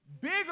bigger